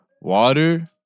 Water